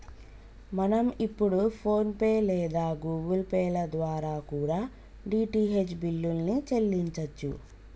మనం ఇప్పుడు PhonePe లేదా గుగుల్ పే ల ద్వారా కూడా డీ.టీ.హెచ్ బిల్లుల్ని చెల్లించచ్చు